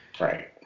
Right